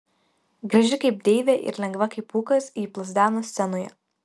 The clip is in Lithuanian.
graži kaip deivė ir lengva kaip pūkas ji plazdeno scenoje